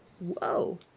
Whoa